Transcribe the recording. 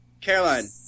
Caroline